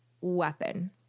weapon